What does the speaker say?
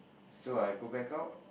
so I go back out